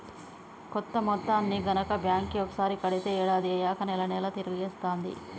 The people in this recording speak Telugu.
కొంత మొత్తాన్ని గనక బ్యాంక్ కి ఒకసారి కడితే ఏడాది అయ్యాక నెల నెలా తిరిగి ఇస్తాంది